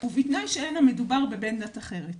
ובתנאי שאין מדובר בבן דת אחרת.